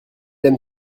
aime